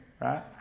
Right